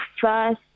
first